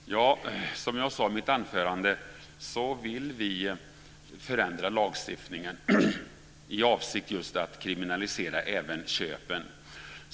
Fru talman! Som jag sade i mitt anförande vill vi förändra lagstiftningen i avsikt just att kriminalisera även köpen.